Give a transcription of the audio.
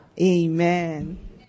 Amen